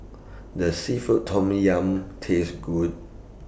Does Seafood Tom Yum Taste Good